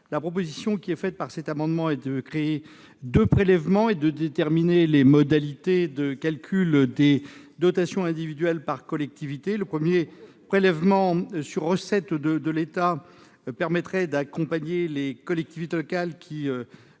proposons, par cet amendement, de créer deux prélèvements et de déterminer les modalités de calcul des dotations individuelles par collectivité. Le premier de ces prélèvements sur recettes de l'État permettrait d'accompagner les collectivités locales qui